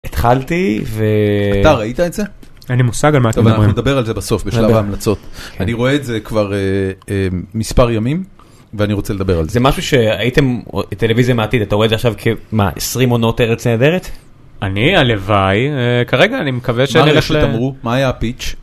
התחלתי ו... אתה ראית את זה? אין לי מושג על מה אתם מדברים. טוב אנחנו נדבר על זה בסוף, בשלב ההמלצות. אני רואה את זה כבר אה.. אה.. מספר ימים ואני רוצה לדבר על זה. זה משהו שהייתם, טלוויזיה מהעתיד, אתה רואה את זה עכשיו כמה? עשרים עונות ארץ נהדרת? אני, הלוואי, כרגע אני מקווה שנלך ל... מה רשת אמרו? מה היה הפיצ'?